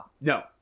No